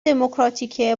دموکراتیک